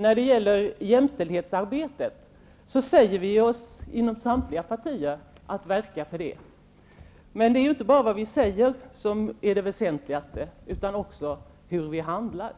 Fru talman! Inom samtliga partier säger man sig verka för jämställdhetsarbetet. Men det är inte bara vad vi säger som är det väsentliga utan också hur vi handlar.